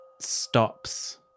stops